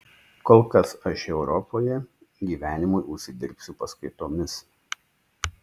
kol kas aš europoje gyvenimui užsidirbsiu paskaitomis